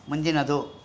ಮುಂದಿನದು